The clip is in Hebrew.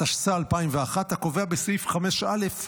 התשס"א 2002, הקובע בסעיף 5(א)